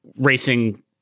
racing